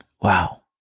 Wow